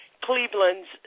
Cleveland's